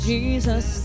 Jesus